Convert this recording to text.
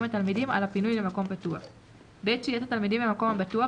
התלמידים על הפינוי למקום בטוח; בעת שהיית התלמידים במקום הבטוח,